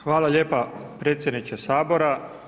Hvala lijepo predsjedniče Sabora.